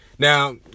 Now